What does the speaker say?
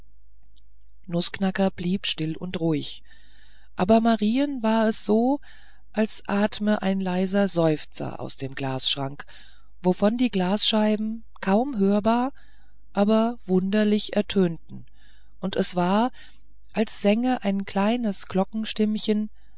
nußknacker blieb still und ruhig aber marien war es so als atme ein leiser seufzer durch den glasschrank wovon die glasscheiben kaum hörbar aber wunderlieblich ertönten und es war als sänge ein kleines